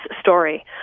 story